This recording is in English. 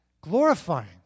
glorifying